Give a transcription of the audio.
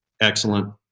excellent